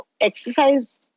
exercise